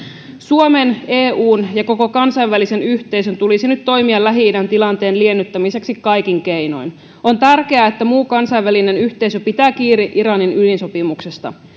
suomen eun ja koko kansainvälisen yhteisön tulisi nyt toimia lähi idän tilanteen liennyttämiseksi kaikin keinoin on tärkeää että muu kansainvälinen yhteisö pitää kiinni iranin ydinsopimuksesta